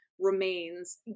remains